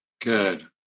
good